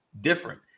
different